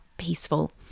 peaceful